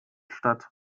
statt